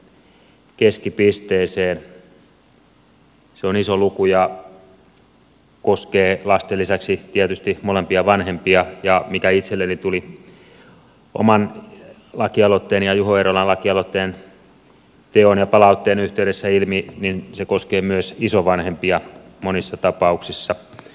se on iso luku ja koskee lasten lisäksi tietysti molempia vanhempia ja mitä itselleni tuli oman lakialoitteeni ja juho eerolan lakialoitteen teon ja palautteen yhteydessä ilmi niin se koskee myös isovanhempia monissa ta pauksissa